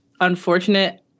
unfortunate